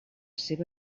seua